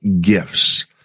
gifts